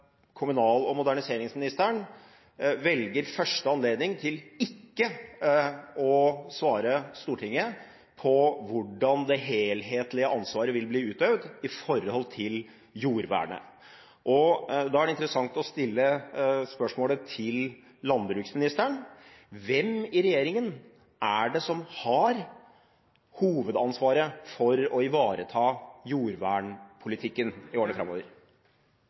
kommunal- og moderniseringsministeren velger første anledning til ikke å svare Stortinget på hvordan det helhetlige ansvaret vil bli utøvd når det gjelder jordvernet. Da er det interessant å stille spørsmålet til landbruksministeren: Hvem i regjeringen er det som har hovedansvaret for å ivareta jordvernpolitikken i årene framover?